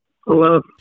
Hello